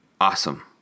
awesome